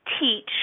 teach